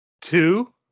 Two